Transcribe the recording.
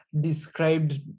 described